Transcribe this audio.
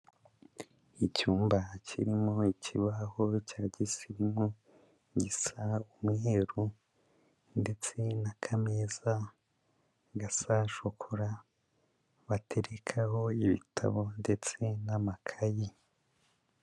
Icyumba kirimo ikibaho cya gisirimu gisa umweru ndetse n'akameza gasa shokora baterekaho ibitabo ndetse n'amakayi.